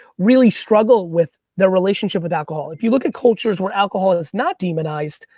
really struggle with the relationship with alcohol. if you look at cultures where alcohol is not demonized,